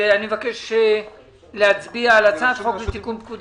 האם אפשר להוריד את המילים "למעט מועצות